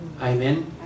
Amen